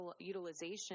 utilization